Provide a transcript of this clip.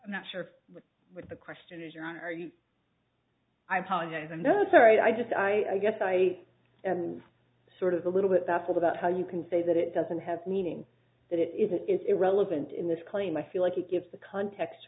i'm not sure what the question is or are you i apologize i know sorry i just i guess i sort of a little bit baffled about how you can say that it doesn't have meaning that it isn't is irrelevant in this claim i feel like it gives the context